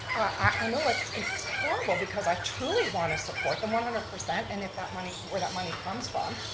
i know it's it's horrible because i truly want to support them one hundred percent and if that money, where that money comes from,